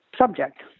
subject